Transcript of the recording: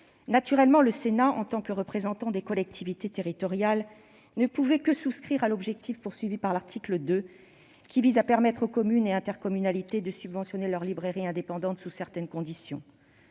Naturellement, le Sénat, en tant que représentant des collectivités territoriales, ne pouvait que souscrire à l'objectif de l'article 2, qui vise à permettre aux communes et intercommunalités de subventionner leurs librairies indépendantes, sous certaines conditions.